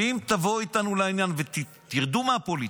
ואם תבואו איתנו לעניין, תרדו מהפוליטיקה,